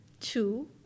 two